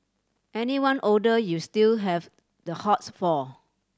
anyone older you still have the hots for